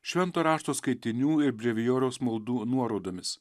švento rašto skaitinių ir brevijoriaus maldų nuorodomis